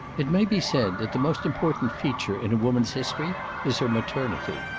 it may be said that the most important feature in a woman's history is her maternity.